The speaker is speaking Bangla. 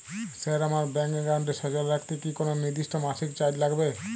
স্যার আমার ব্যাঙ্ক একাউন্টটি সচল রাখতে কি কোনো নির্দিষ্ট মাসিক চার্জ লাগবে?